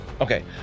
Okay